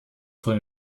von